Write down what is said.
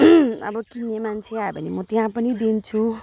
अब किन्ने मान्छे आयो भने म त्यहाँ पनि दिन्छु